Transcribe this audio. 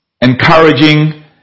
encouraging